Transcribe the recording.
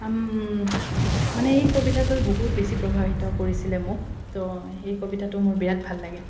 মানে এই কবিতাটোৱে বহুত বেছি প্ৰভাৱিত কৰিছিলে মোক তো এই কবিতাটো মোৰ বিৰাট ভাল লাগে